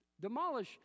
Demolish